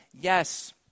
yes